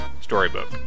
storybook